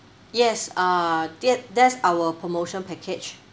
yes uh that that's our promotion package